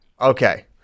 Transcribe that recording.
okay